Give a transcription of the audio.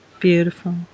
beautiful